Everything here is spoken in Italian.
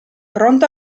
pronto